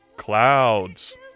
Clouds